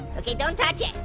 okay, don't touch it,